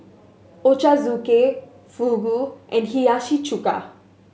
Ochazuke Fugu and Hiyashi Chuka